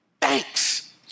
Thanks